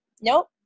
nope